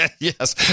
Yes